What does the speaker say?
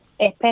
es